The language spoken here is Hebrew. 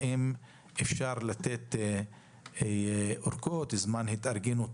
האם אפשר לתת עוד זמן להתארגנות.